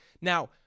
Now